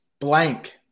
blank